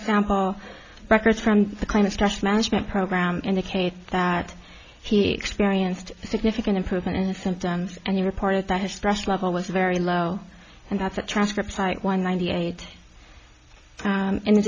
example records from the kind of stress management program indicate that he experienced a significant improvement in the symptoms and he reported that his stress level was very low and that's a transcript site one ninety eight